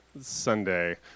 Sunday